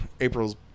April's